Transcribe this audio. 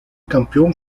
campeón